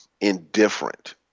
indifferent